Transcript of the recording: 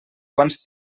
quants